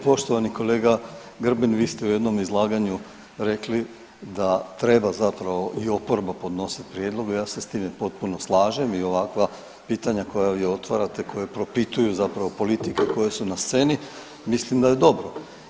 Poštovani kolega Grbin vi ste u jednom izlaganju rekli da treba zapravo i oporba podnositi prijedloge, ja se s time potpuno slažem i ovakva pitanja koja vi otvarate, koje propituju zapravo politike koje su na sceni mislim da je dobro.